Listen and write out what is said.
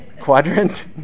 quadrant